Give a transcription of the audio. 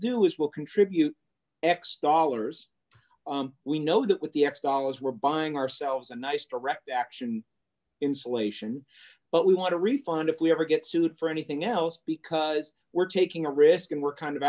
do is will contribute x dollars we know that with the x dollars we're buying ourselves a nice direct action insulation but we want a refund if we ever get sued for anything else because we're taking a risk and we're kind of